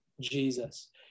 Jesus